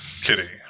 Kitty